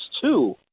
two